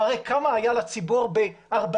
מראה כמה היה לציבור ב-1948,